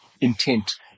intent